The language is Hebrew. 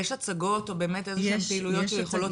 יש הצגות או באמת איזה שהן פעילויות שיכולות